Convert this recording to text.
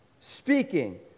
speaking